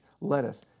lettuce